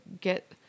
get